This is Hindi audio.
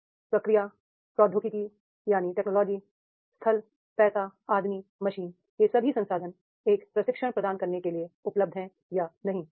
लोगों प्रक्रिया टेक्नोलॉजी स्थल पैसा आदमी मशीन यह सभी संसाधन एक प्रशिक्षण प्रदान करने के लिए उपलब्ध है या नहीं